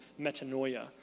metanoia